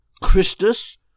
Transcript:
Christus